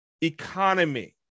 economy